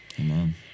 Amen